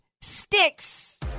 Sticks